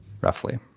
roughly